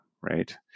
right